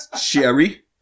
Sherry